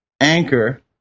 anchor